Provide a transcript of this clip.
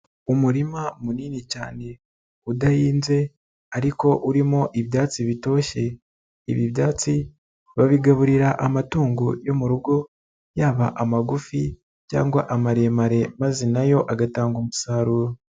Umurima munini cyane udahinze ariko urimo ibyatsi bitoshye, ibi byatsi babigaburira amatungo yo mu rugo, yaba amagufi cyangwa amaremare, maze na yo agatanga umusaruro.